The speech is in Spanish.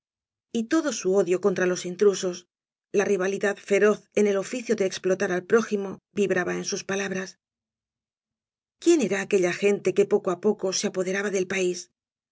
y todo su odio contra los intrusos la rivalidad feroz en el oficio de explotar al prójimo vibraba en sus palabras quién era aquella gente que poco á poco se apoderaba del país